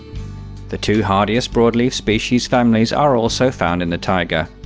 the two hardiest broadleaf species families are also found in the taiga.